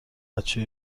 بچه